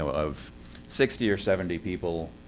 of sixty or seventy people,